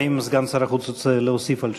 האם סגן שר החוץ רוצה להוסיף על תשובתו?